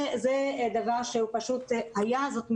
זה דבר שהוא פשוט היה, זאת מציאות,